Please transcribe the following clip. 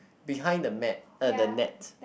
behind the mat uh the net